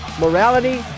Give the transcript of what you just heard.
morality